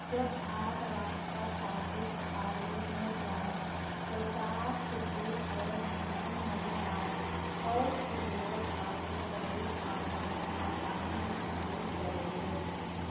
جب آپ رابطہ سازی تقاریب میں جائیں تو صاف ستھرے اور مطمئن نظر آئیں اور پھر لوگ آپ کے قریب آنے میں آسانی محسوس کریں گے